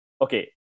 Okay